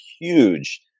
huge